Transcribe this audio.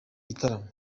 gitaramo